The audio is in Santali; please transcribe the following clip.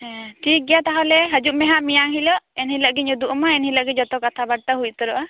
ᱦᱮᱸ ᱴᱷᱤᱠ ᱜᱮᱭᱟ ᱛᱟᱦᱚᱞᱮ ᱦᱤᱡᱩᱜ ᱢᱮᱦᱟᱜ ᱢᱮᱭᱟᱝ ᱦᱤᱞᱳᱜ ᱤᱱᱦᱤᱞᱳᱜ ᱜᱤᱧ ᱩᱫᱩᱜ ᱟᱢᱟ ᱮᱱᱦᱤᱞᱳᱜ ᱜᱮ ᱡᱚᱛᱚ ᱠᱟᱛᱷᱟᱼᱵᱟᱨᱛᱟ ᱦᱩᱭ ᱩᱛᱟᱹᱨᱚᱜᱼᱟ